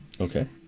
Okay